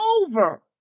over